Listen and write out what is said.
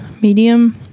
medium